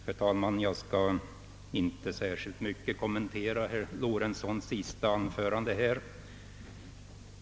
Herr talman! Jag skall inte närmare kommentera herr Lorentzons senaste anförande.